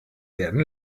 werden